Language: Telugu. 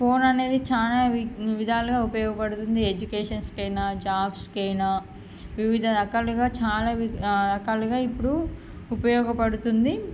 ఫోన్ అనేది చాలా వి విధాలుగా ఉపయోగపడుతుంది ఎడ్యుకేషన్స్కి అయినా జాబ్స్కి అయినా వివిధ రకాలుగా చాలా విధా రకాలుగా ఇప్పుడు ఉపయోగపడుతుంది